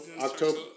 October